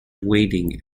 waiting